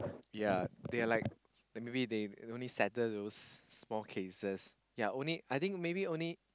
ya they're like maybe they only settle those small cases ya only I think only